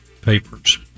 papers